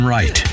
Right